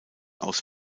aus